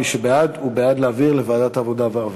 מי שבעד הוא בעד להעביר לוועדת העבודה והרווחה.